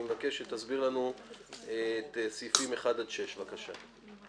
אני מבקש שתסביר לנו את סעיפים 6-1. בבקשה.